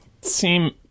seem